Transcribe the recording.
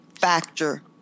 factor